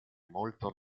molto